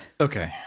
Okay